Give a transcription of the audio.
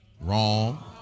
Wrong